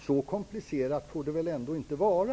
Så komplicerat får det väl ändå inte vara?